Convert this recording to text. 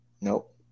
Nope